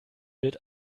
wird